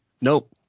nope